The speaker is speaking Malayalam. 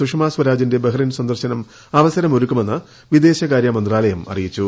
സുഷമ സ്വരാജിന്റെ ബഹ്റിൻ സന്ദർശനം അവസരമൊരുക്കുമെന്ന് വിദേശകാര്യമന്ത്രാലയം അറിയിച്ചു